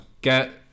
Get